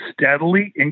steadily